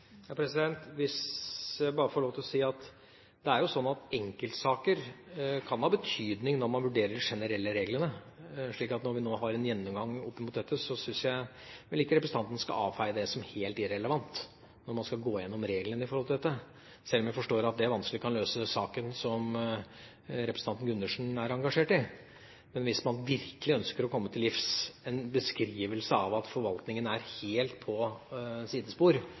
å si: Det er jo sånn at enkeltsaker kan ha betydning når man vurderer de generelle reglene. Jeg syns ikke representanten Gundersen skal avfeie det som helt irrelevant, når man nå skal gå igjennom reglene for dette, selv om jeg forstår at det vanskelig kan løse saken som representanten er engasjert i. Men hvis man virkelig ønsker å komme til livs det som beskrives, at forvaltningen er helt på sidespor,